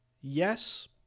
yes